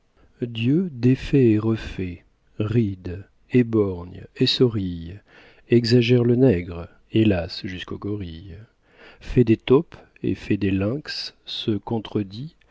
dieu défait et refait ride éborgne essorille exagère le nègre hélas jusqu'au gorille fait des taupes et fait des lynx se contredit